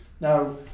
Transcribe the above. Now